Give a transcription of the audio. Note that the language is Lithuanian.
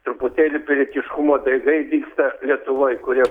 truputėlį pilietiškumo daigai dygsta lietuvoj kurie